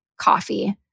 coffee